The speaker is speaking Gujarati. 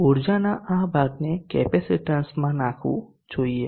ઊર્જાના આ ભાગને કેપેસિટીન્સમાં નાખવું જોઈએ